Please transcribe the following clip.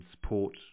support